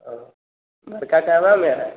और बड़का इटाबा में है